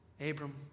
Abram